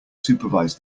supervise